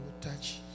touch